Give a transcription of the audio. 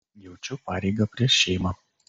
jaučiu pareigą prieš šeimą